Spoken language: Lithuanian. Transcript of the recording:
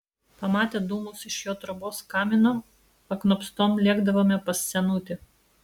pamatę dūmus iš jo trobos kamino paknopstom lėkdavome pas senutį